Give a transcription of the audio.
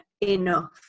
enough